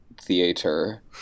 theater